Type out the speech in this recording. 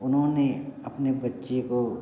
उन्होंने अपने बच्चे को